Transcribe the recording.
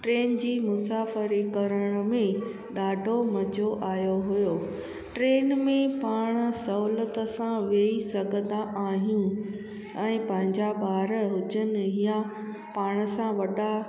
train जी मुसाफ़िरी करण में ॾाढो मज़ो आहियो हुयो ट्रेन में पाण सहुलियत सां वेही सघंदा आहियूं ऐं पंहिंजा ॿार हुजनि या पाण सां वॾा